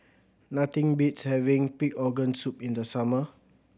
nothing beats having pig organ soup in the summer